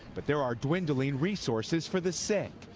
but there are dwindling resources for the sick.